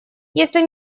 если